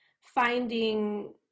finding